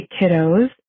kiddos